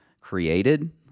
created